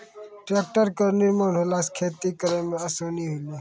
tractor केरो निर्माण होला सँ खेती करै मे आसानी होलै